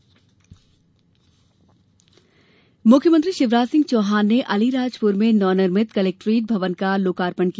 CM लोकार्पण मुख्यमंत्री शिवराज सिंह चौहान ने अलीराजपुर में नव निर्मित कलेक्टोरेट भवन का लोकार्पण किया